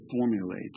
formulate